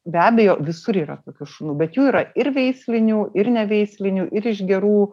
be abejo visur yra tokių šunų bet jų yra ir veislinių ir neveislinių ir iš gerų